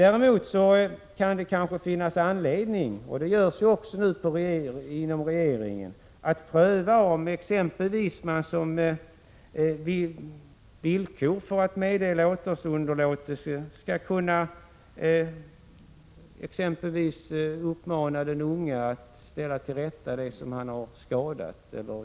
Däremot kan det kanske finnas anledning — det görs nu också inom regeringen — att pröva om man som villkor för att meddela åtalsunderlåtelse exempelvis skall kunna uppmana den unge att avhjälpa de skador eller fel han har förorsakat.